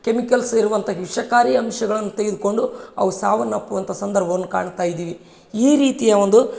chemicals ಇರುವಂಥ ವಿಷಕಾರಿ ಅಂಶಗಳ್ನ ತೆಗೆದು ಕೊಂಡು ಅವು ಸಾವನ್ನಪ್ಪುವಂಥ ಸಂದರ್ಭವನ್ನು ಕಾಣ್ತಾ ಇದ್ದೀವಿ ಈ ರೀತಿಯ ಒಂದು